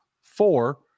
Four